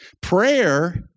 Prayer